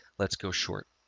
let's go short.